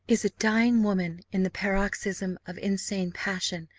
is a dying woman, in the paroxysm of insane passion,